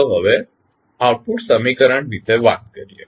ચાલો હવે આઉટપુટ સમીકરણ વિશે વાત કરીએ